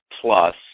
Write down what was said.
plus